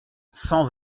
cent